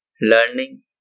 learning